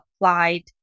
applied